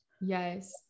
yes